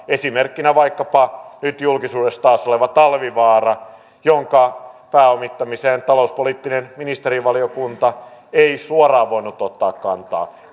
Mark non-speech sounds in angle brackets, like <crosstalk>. esimerkkinä vaikkapa nyt julkisuudessa taas oleva talvivaara jonka pääomittamiseen talouspoliittinen ministerivaliokunta ei suoraan voinut ottaa kantaa <unintelligible>